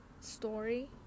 story